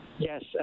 Yes